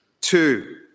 Two